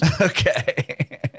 okay